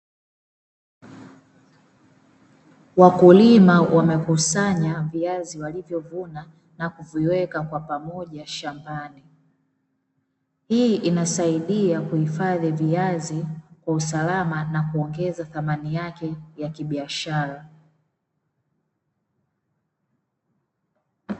Wakulima wamekusanya viazi walivyo vuna na kuviweka kwa pamoja shambani, hii inasaidia kuhifadhi viazi kwa usalama na kuongeza thamani yake ya kibiashara.